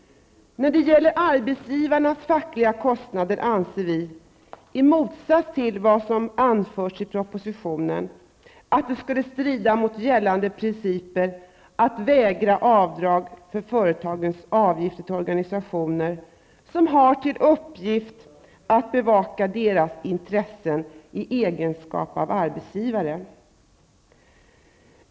När det gäller arbetsgivarnas fackliga kostnader anser vi -- i motsats till vad som anförs i propositionen -- att det skulle strida mot gällande principer att vägra avdrag för företagens avgifter till organisationer som har till uppgift att bevaka deras intressen i egenskap av arbetsgivare.